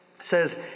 says